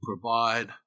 provide